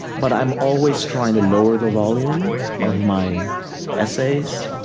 but i'm always trying to lower the volume of my essays.